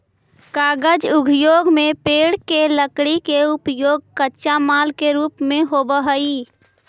कागज उद्योग में पेड़ के लकड़ी के उपयोग कच्चा माल के रूप में होवऽ हई